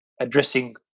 addressing